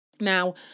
Now